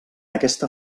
aquesta